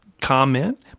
comment